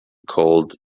called